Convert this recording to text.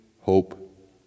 hope